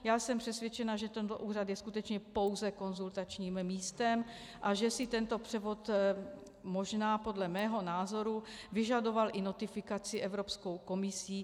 Já jsem přesvědčena, že tento úřad je skutečně pouze konzultačním místem a že si tento převod možná podle mého názoru vyžadoval i notifikaci Evropskou komisí.